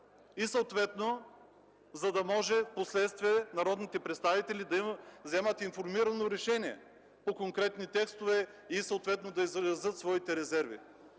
по темата, за да може впоследствие народните представители да вземат информирано решение по конкретни текстове и съответно да изразят своите резерви.